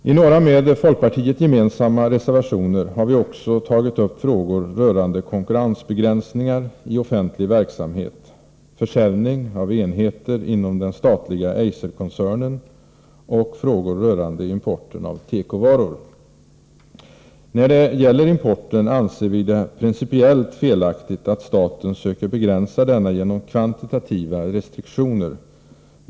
I några med folkpartiet gemensamma reservationer tar vi också upp frågor rörande konkurrensbegränsningar i offentlig verksamhet, försäljning av enheter inom den statliga Eiserkoncernen och importen av tekovaror. Vi anser det principiellt felaktigt att staten söker begränsa importen genom kvantitativa restriktioner.